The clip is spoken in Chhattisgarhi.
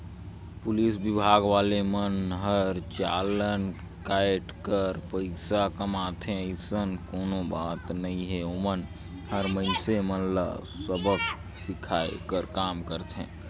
पुलिस विभाग वाले मन हर चलान कायट कर पइसा कमाथे अइसन कोनो बात नइ हे ओमन हर मइनसे मन ल सबक सीखये कर काम करथे